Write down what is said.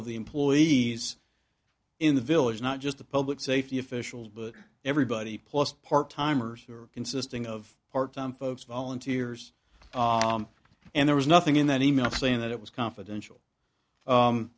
of the employees in the village not just the public safety officials but everybody plus part timers who are consisting of part time folks volunteers and there was nothing in that e mail saying that it was confidential